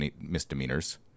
misdemeanors